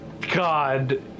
God